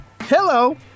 Hello